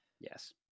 Yes